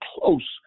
close